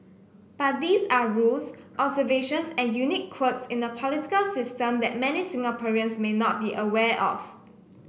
but these are rules observations and unique quirks in a political system that many Singaporeans may not be aware of